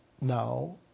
now